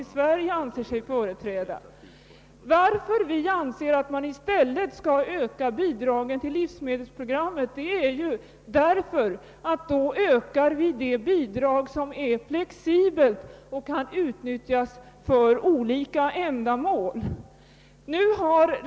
Anledningen till att vi anser att man i stället skall öka de reguljära bidragen till livsmedelsprogrammet är att man därigenom ökar det bidrag som är flexibelt och kan utnyttjas för olika ändamål.